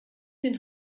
den